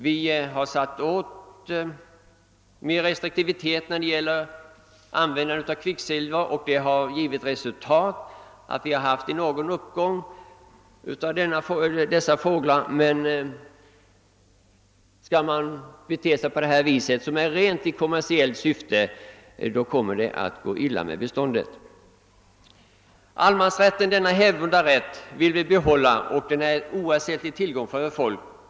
Vi har infört en större restriktivitet när det gäller användningen av kvicksilverpreparat och detta har till resultat givit en viss ökning av beståndet av dessa fåglar. Men om folk i rent kommersiellt syfte beter sig på det sätt jag nämnt, kommer det att gå illa med beståndet. Den hävdvunna allemansrätten vill vi behålla; den är en oersättlig tillgång för vårt folk.